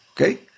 okay